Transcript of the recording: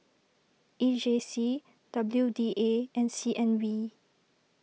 E J C W D A and C N B